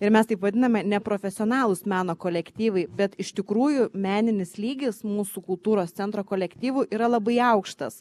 ir mes taip vadiname neprofesionalūs meno kolektyvai bet iš tikrųjų meninis lygis mūsų kultūros centro kolektyvų yra labai aukštas